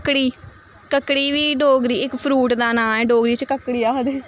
कक्कड़ी कक्कड़ी बी डोगरी इक फ्रूट दा नांऽ ऐ डोगरी च कक्कड़ी आखदे